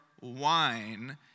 wine